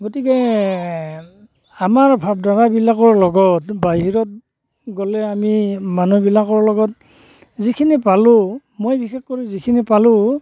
গতিকে আমাৰ ভাৱ ধাৰাবিলাকৰ লগত বাহিৰত গ'লে আমি মানুহবিলাকৰ লগত যিখিনি পালোঁ মই বিশেষ কৰি যিখিনি পালোঁ